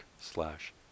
slash